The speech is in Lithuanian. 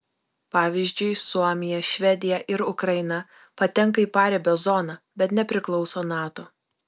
pavyzdžiui suomija švedija ir ukraina patenka į paribio zoną bet nepriklauso nato